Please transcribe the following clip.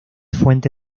fuente